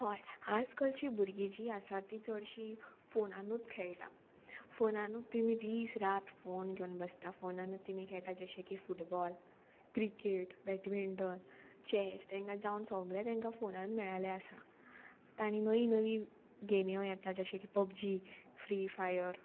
होय आज कालची भुरगीं जी आसा ती चडशी फोनानूत खेळटा फोनानूत तेमी दीस रात फोन घेवन बसता फोनानूत तेमी खेळटा जशें की फुटबॉल क्रिकेट बॅटमिंटन चॅस तेंकां जावन सोगलें तेंकां फोनानूत मेयळलें आसा तांणी नवीं नवीं गेम्यो येता जशें की पबजी फ्री फायर